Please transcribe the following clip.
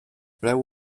preu